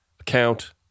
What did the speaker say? account